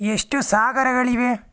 ಎಷ್ಟು ಸಾಗರಗಳಿವೆ